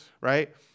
right